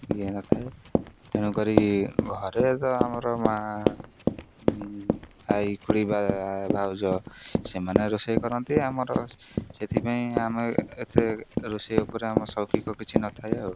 ଇଏ ନଥାଏ ତେଣୁକରି ଘରେ ତ ଆମର ମା' ଆଈ ଖୁଡ଼ି ବା ଭାଉଜ ସେମାନେ ରୋଷେଇ କରନ୍ତି ଆମର ସେଥିପାଇଁ ଆମେ ଏତେ ରୋଷେଇ ଉପରେ ଆମ ସୌକି କିଛି ନଥାଏ ଆଉ